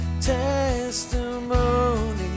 testimony